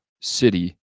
city